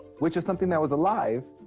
which is something that was alive,